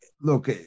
Look